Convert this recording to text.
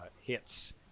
hits